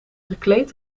gekleed